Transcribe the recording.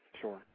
Sure